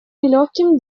нелегким